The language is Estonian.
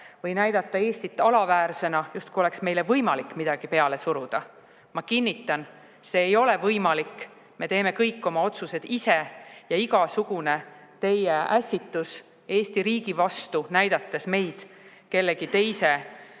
või näidata Eestit alaväärsena, justkui oleks meile võimalik midagi peale suruda. Ma kinnitan, et see ei ole võimalik, me teeme kõik oma otsused ise. Ja igasugune teie ässitus Eesti riigi vastu, näidates meid kellegi teise